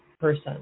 person